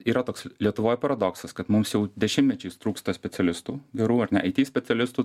yra toks lietuvoj paradoksas kad mums jau dešimtmečiais trūksta specialistų gerų ar ne it specialistų